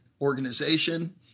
organization